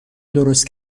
درست